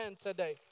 today